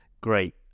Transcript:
Great